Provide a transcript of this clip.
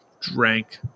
drank